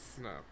No